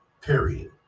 period